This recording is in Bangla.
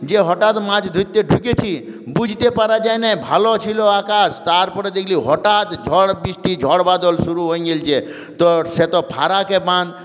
যে হঠাৎ মাছ ধরতে ঢুকেছি বুঝতে পারা যায় নিই ভালো ছিল আকাশ তারপরে দেখলাম হঠাৎ ঝড় বৃষ্টি ঝড় বাদল শুরু হয়ে গিয়েছে তো সে তো ফারাকে বাঁধ